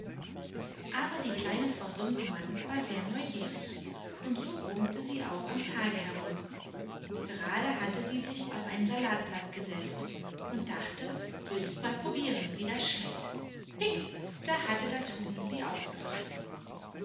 aber die kleine frau sumsemann war sehr neugierig und so brummte sie auch am tage herum gerade hatte sie sich auf ein salatblatt gesetzt und dachte willst mal probieren wie das schmeckt pick da hatte das huhn sie aufgefressen